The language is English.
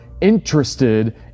interested